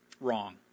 Wrong